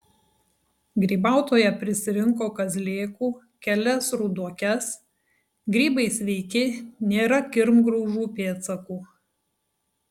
grybautoja prisirinko kazlėkų kelias ruduokes grybai sveiki nėra kirmgraužų pėdsakų